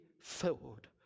filled